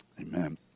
amen